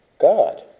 God